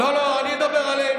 לא, לא, אני אדבר עלינו.